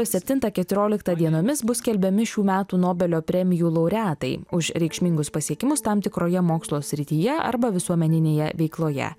septintą keturioliktą dienomis bus skelbiami šių metų nobelio premijų laureatai už reikšmingus pasiekimus tam tikroje mokslo srityje arba visuomeninėje veikloje